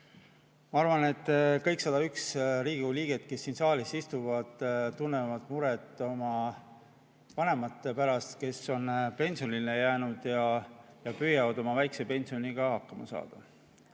Ma arvan, et kõik 101 Riigikogu liiget, kes siin saalis istuvad, tunnevad muret oma vanemate pärast, kes on pensionile jäänud ja püüavad oma väikse pensioniga hakkama saada. Mul